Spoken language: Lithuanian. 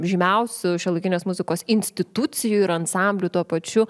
žymiausių šiuolaikinės muzikos institucijų ir ansamblių tuo pačiu